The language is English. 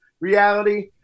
reality